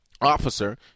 Officer